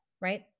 right